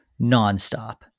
nonstop